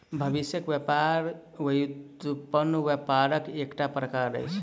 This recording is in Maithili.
भविष्यक व्यापार व्युत्पन्न व्यापारक एकटा प्रकार अछि